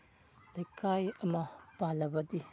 ꯂꯩꯀꯥꯏ ꯑꯃ ꯄꯥꯜꯂꯕꯗꯤ